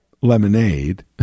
lemonade